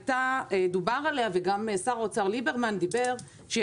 דובר עליה וגם שר האוצר ליברמן אמר שהיא